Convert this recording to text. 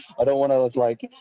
i don't want to look like,